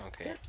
Okay